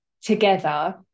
together